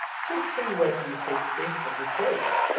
just see whether you think it a mistake.